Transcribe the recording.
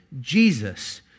Jesus